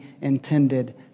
intended